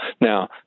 Now